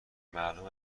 معلوم